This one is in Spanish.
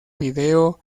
video